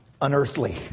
unearthly